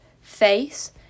Face